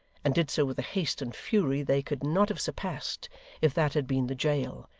and did so with a haste and fury they could not have surpassed if that had been the jail,